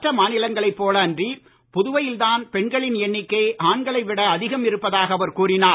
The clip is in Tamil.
மற்ற மாநிலங்களை போல அன்றி புதுவையில் தான் பெண்களின் எண்ணிக்கை ஆண்களை விட அதிகம் இருப்பதாக அவர் கூறினார்